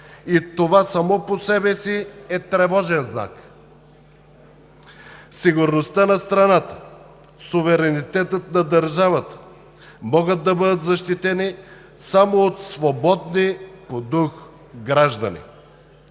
и това само по себе си е тревожен знак. Сигурността на страната, суверенитетът на държавата могат да бъдат защитени само от свободни по дух граждани.